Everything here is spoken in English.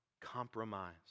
compromise